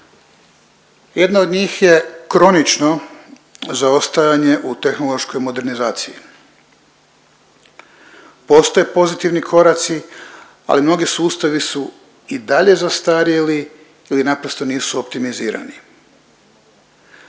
Jedna od njih je kronično zaostajanje u tehnološkoj modernizaciji. Postoje pozitivni koraci, ali mnogi sustavi su i dalje zastarjeli ili naprosto nisu optimizirani.